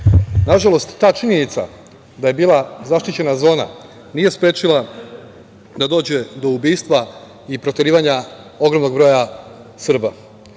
Nažalost, ta činjenica da je bila zaštićena zona nije sprečila da dođe do ubistva i proterivanja ogromnog broja Srba. Radi